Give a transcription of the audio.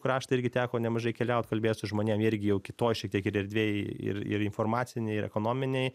kraštą irgi teko nemažai keliaut kalbėt su žmonėm irgi jau kitoj šiek tiek ir erdvėj ir ir informacinėj ir ekonominėj